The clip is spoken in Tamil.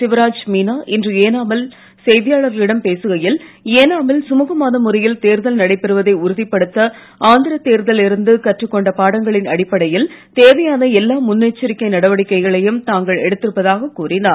சிவராஜ் மீனா இன்று ஏனாமில் செய்தியாளர்களிடம் பேசுகையில் ஏனாமில் சுமுகமான முறையில் தேர்தல் நடைபெறுவதை உறுதிப்படுத்த ஆந்திர தேர்தலில் இருந்து கற்றுக் கொண்ட பாடங்களின் அடிப்படையில் தேவையான எல்லா முன்னெச்சரிக்கை நடவடிக்கைகளையும் தாங்கள் எடுத்திருப்பதாகக் கூறினார்